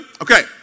Okay